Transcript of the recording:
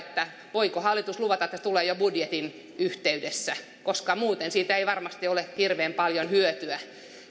voiko hallitus luvata että se tulee jo budjetin yhteydessä koska muuten siitä ei varmasti ole hirveän paljon hyötyä